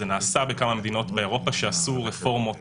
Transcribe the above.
זה נעשה בכמה מדינות באירופה שעשו רפורמות